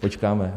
Počkáme.